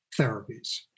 therapies